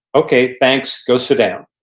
okay, thanks. go sit down,